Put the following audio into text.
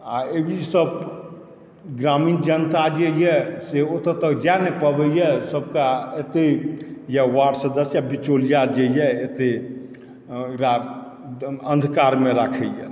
आ बीचसँ ग्रामीण जनता जे यऽ से ओतऽ तक जा नहि पाबैए सभटा एतए वार्ड सदस्य या बिचौलिया जे यऽ एतए अंधकारमे राखैत यऽ